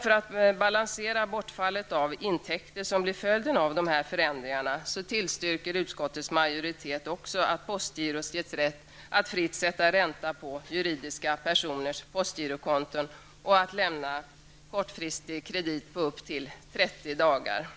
För att balansera det bortfall av intäkter som blir följden av dessa förändringarna tillstyrker utskottets majoritet också att postgirot ges rätt att fritt sätta ränta på juridiska personers postgirokonton och att lämna kortfristig kredit på upp till 30 dagar.